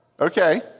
Okay